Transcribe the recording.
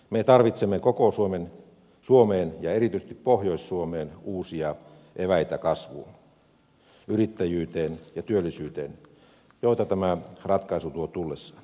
me tarvitsemme koko suomeen ja erityisesti pohjois suomeen uusia eväitä kasvuun yrittäjyyteen ja työllisyyteen joita tämä ratkaisu tuo tullessaan